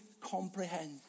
comprehend